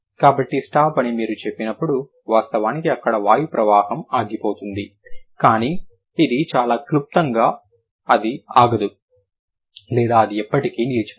కాబట్టి స్టాప్ అని మీరు చెప్పినప్పుడు వాస్తవానికి అక్కడ వాయుప్రవాహం ఆగిపోతుంది కానీ ఇది చాలా క్లుప్తంగా అది ఆగదు లేదా అది ఎప్పటికీ నిలిచిపోదు